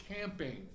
camping